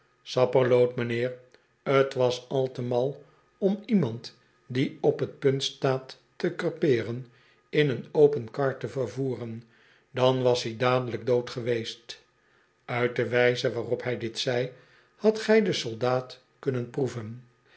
sapperloot meneer t was al te mal om iemand die op t punt staat te krepeeren in een open kar te vervoeren dan was-i dadelijk dood geweest üit de wijze waarop hij dit zei hadt gij den soldaat kunnen proeven